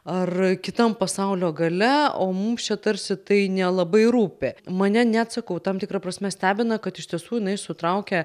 ar kitam pasaulio gale o mums čia tarsi tai nelabai rūpi mane net sakau tam tikra prasme stebina kad iš tiesų jinai sutraukia